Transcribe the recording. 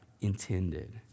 intended